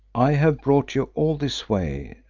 i have brought you all this way,